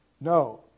No